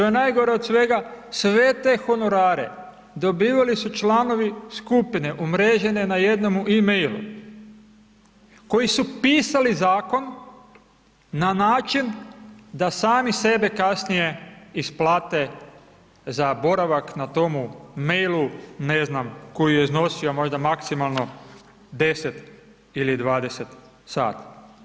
Što je najgore od svega, sve te honorare dobivali su članovi skupine umrežene na jednomu e-mail-u, koji su pisali Zakon na način da sami sebe kasnije isplate za boravak na tomu e-mail-u, ne znam, koji je iznosio možda maksimalno 10 ili 20 sati.